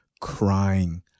crying